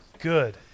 good